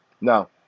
No